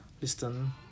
listen